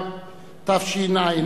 כ' באייר תשע"א,